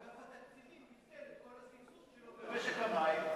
גם אגף התקציבים ביטל את כל הסבסוד שלו במשק המים,